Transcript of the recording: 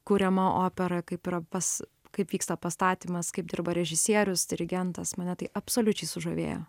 kuriama opera kaip yra pas kaip vyksta pastatymas kaip dirba režisierius dirigentas mane tai absoliučiai sužavėjo